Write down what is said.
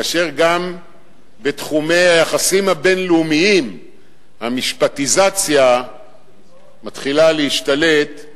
כאשר גם בתחומי היחסים הבין-לאומיים המשפטיזציה מתחילה להשתלט.